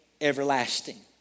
everlasting